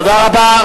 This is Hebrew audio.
תודה רבה.